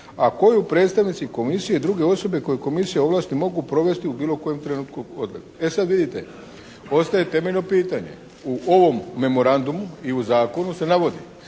a koju predstavnici komisije i druge osobe koje komisija ovlasti mogu provesti u bilo kojem trenutku … E sada vidite, ostaje temeljno pitanje. U ovom memorandumu i u zakonu se navodi